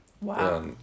wow